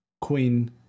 Queen